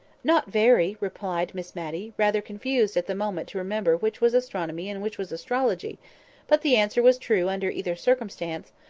not very, replied miss matty, rather confused at the moment to remember which was astronomy and which was astrology but the answer was true under either circumstance,